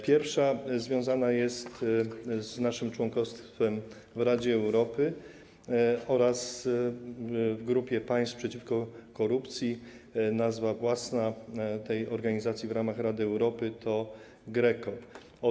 Pierwsza związana jest z naszym członkostwem w Radzie Europy oraz Grupie Państw Przeciwko Korupcji - nazwa własna tej organizacji w ramach Rady Europy to GRECO.